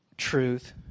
truth